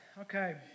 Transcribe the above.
Okay